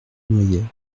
noyait